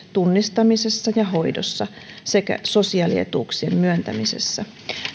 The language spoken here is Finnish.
tunnistamisessa ja hoidossa sekä sosiaalietuuksien myöntämisessä